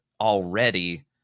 already